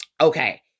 Okay